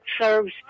serves